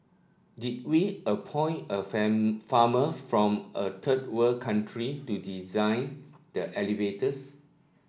did we appoint a farmer from a third world country to design the elevators